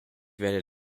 werde